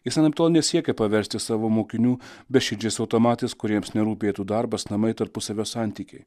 jis anaiptol nesiekia paversti savo mokinių beširdžiais automatais kuriems nerūpėtų darbas namai tarpusavio santykiai